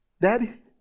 Daddy